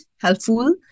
helpful